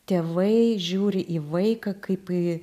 tėvai žiūri į vaiką kaip į